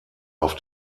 auf